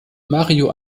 mario